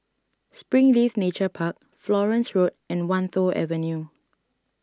Springleaf Nature Park Florence Road and Wan Tho Avenue